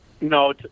No